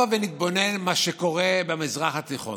הבה ונתבונן במה שקורה במזרח התיכון.